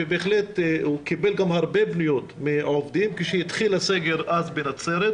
שבהחלט קיבל הרבה פניות מהעובדים כשהתחיל הסגר אז בנצרת,